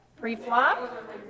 pre-flop